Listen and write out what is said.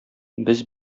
без